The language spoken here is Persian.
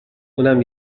اونم